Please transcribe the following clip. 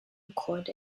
record